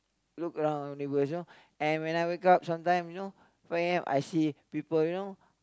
look around neighbours you know and when I wake up sometime you know five A_M I see people you know